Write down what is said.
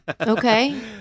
Okay